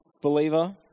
Believer